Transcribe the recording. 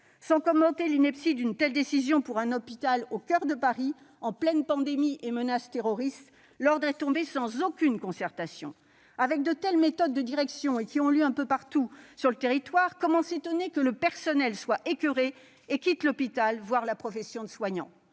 Indépendamment de l'ineptie d'une telle décision pour un hôpital situé au coeur de Paris, en pleine pandémie et en pleine menace terroriste, l'ordre est tombé sans aucune concertation. Avec de telles méthodes de direction, appliquées un peu partout sur le territoire, comment s'étonner que le personnel soit écoeuré et quitte l'hôpital, voire la profession de soignant ?